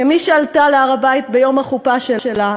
כמי שעלתה להר-הבית ביום החופה שלה,